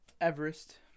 Everest